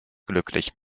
glücklich